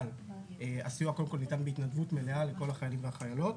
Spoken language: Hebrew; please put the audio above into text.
הסיוע ניתן בהתנדבות מלאה לכל החיילים והחיילות,